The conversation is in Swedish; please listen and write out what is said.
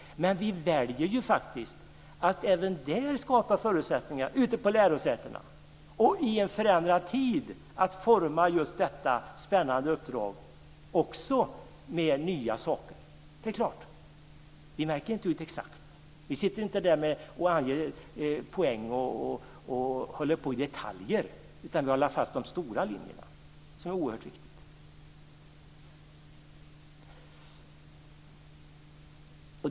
Men vi väljer faktiskt att även där skapa förutsättningar ute på lärosätena att i en förändrad tid också forma just detta spännande uppdrag med nya saker. Det är klart. Vi märker inte ut exakt. Vi sitter inte där och anger poäng och håller på med detaljer, utan vi har lagt fast de stora linjerna, vilket är oerhört viktigt.